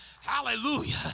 Hallelujah